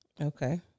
okay